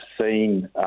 seen